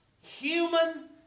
human